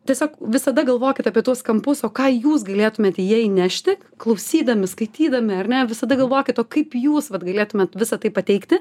tiesiog visada galvokit apie tuos kampus o ką jūs galėtumėt į ją įnešti klausydami skaitydami ar ne visada galvokit o kaip jūs vat galėtumėt visą tai pateikti